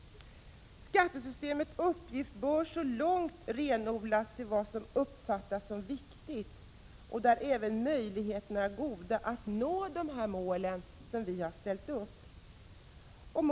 Skattesystemets uppgifter bör så långt möjligt renodlas till vad som uppfattas som viktigt och där möjligheterna även är goda att nå de mål som ställts upp.